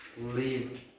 leave